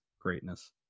greatness